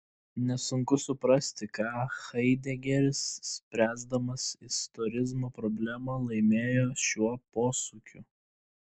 nesunku suprasti ką haidegeris spręsdamas istorizmo problemą laimėjo šiuo posūkiu